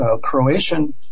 Croatian